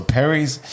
Perry's